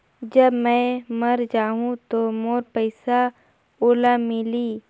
जब मै मर जाहूं तो मोर पइसा ओला मिली?